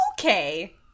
okay